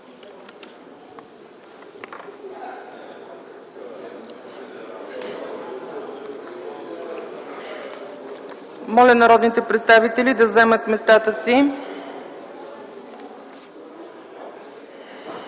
Моля народните представители да заемат местата си.